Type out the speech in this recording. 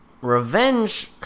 Revenge